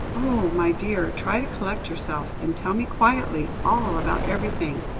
oh! my dear try to collect yourself, and tell me quietly all about everything.